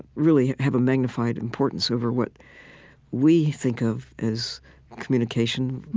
really have a magnified importance over what we think of as communication